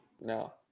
no